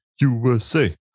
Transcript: USA